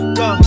go